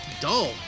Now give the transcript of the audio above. dull